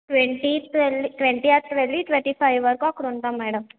twentieth వెళ్ళి twentieth వెళ్ళి twenty five వరకు అక్కడ ఉంటాం మేడం